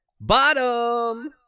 bottom